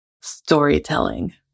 storytelling